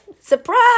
Surprise